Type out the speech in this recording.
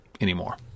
anymore